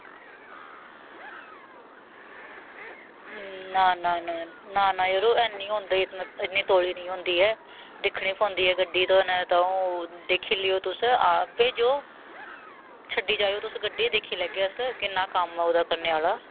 ना ना यरो ऐनी होंदा ई इन्ने तोलै निं होंदी ऐ दिक्खने पौंदी ऐ गड्डी तो ते दिक्खी लैओ तुस ते भेजो छड्डी जायो तुस गड्डी ते दिक्खी लैगे अस किन्ना कम्म ऐ ओह्दा करने आह्ला